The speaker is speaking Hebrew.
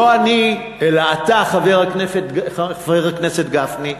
לא אני, אלא אתה, חבר הכנסת גפני,